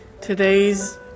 Today's